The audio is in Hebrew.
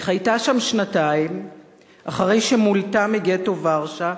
היא חייתה שם שנתיים אחרי שמולטה מגטו ורשה,